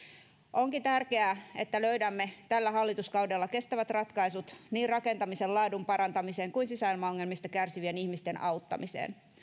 onkin tärkeää että löydämme tällä hallituskaudella kestävät ratkaisut niin rakentamisen laadun parantamiseen kuin sisäilmaongelmista kärsivien ihmisten auttamiseen